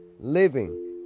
living